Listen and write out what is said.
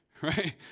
Right